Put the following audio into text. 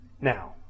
Now